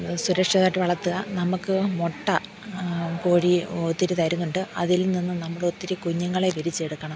സുരക്ഷിതായിട്ട് വളർത്തുക നമുക്ക് മുട്ട കോഴി ഒത്തിരി തരുന്നുണ്ട് അതിൽ നിന്നും നമ്മൾ ഒത്തിരി കുഞ്ഞുങ്ങളെ വിരിയിച്ചെടുക്കണം